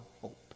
hope